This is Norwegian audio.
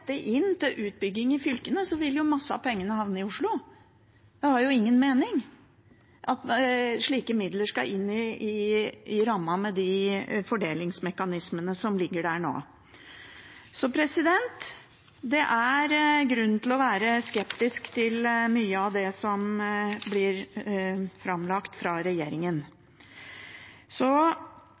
inn til utbygging i regionene, vil mye av pengene havne i Oslo. Det har ingen mening at slike midler skal inn i rammen, med de fordelingsmekanismene som ligger der. Så det er grunn til å være skeptisk til mye av det som blir framlagt av regjeringen.